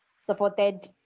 supported